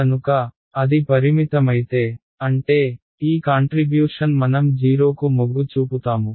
కనుక అది పరిమితమైతే అంటే ఈ కాంట్రిబ్యూషన్ మనం 0 కు మొగ్గు చూపుతాము